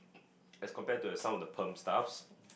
as compared to some of the perm staffs